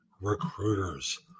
recruiters